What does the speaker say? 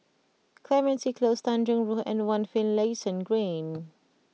Clementi Close Tanjong Rhu and One Finlayson Green